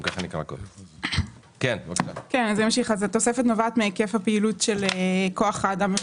אני גם אציין שזה תקן שכן הופיע